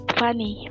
funny